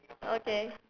okay